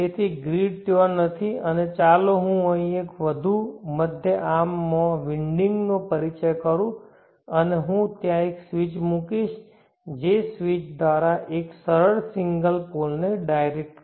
તેથી ગ્રીડ ત્યાં નથી અને ચાલો હું અહીં એક વધુ મધ્ય આર્મ માં વિન્ડિંગનો પરિચય કરું અને હું ત્યાં એક સ્વીચ મૂકીશ સ્વિચ દ્વારા એક સરળ સિંગલ પોલને ડાયરેક્ટ કરીશ